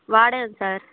వాడాను సార్